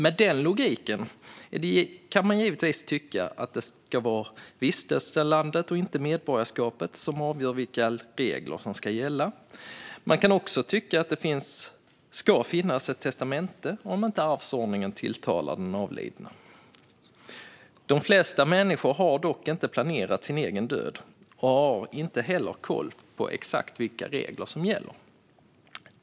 Med denna logik kan man givetvis tycka att det ska vara vistelselandet och inte medborgarskapet som avgör vilka regler som ska gälla. Man kan också tycka att det ska finnas ett testamente om inte arvsordningen tilltalar den avlidne. De flesta människor har dock inte planerat sin egen död och har heller inte koll på exakt vilka regler som gäller.